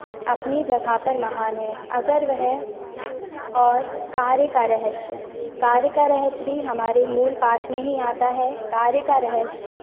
अपनी जगह पर महान है अगर वह और कार्य का रहस्य कार्य का रहस्य भी हमारे मूल पाठ में ही आता है कार्य का रहस्य